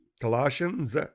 Colossians